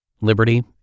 liberty